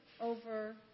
over